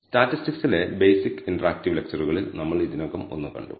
സ്റ്റാറ്റിസ്റ്റിക്സിലെ basic interactive ലെക്ച്ചറുകളിൽ നമ്മൾ ഇതിനകം ഒന്ന് കണ്ടു